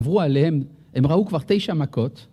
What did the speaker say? עברו עליהם, הם ראו כבר תשע מכות